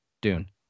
Dune